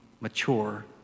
mature